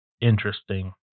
interesting